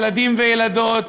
ילדים וילדות,